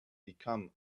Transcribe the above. become